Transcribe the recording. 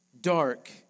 dark